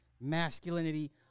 masculinity